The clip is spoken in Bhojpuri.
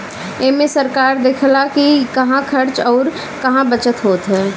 एमे सरकार देखऽला कि कहां खर्च अउर कहा बचत होत हअ